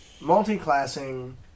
multi-classing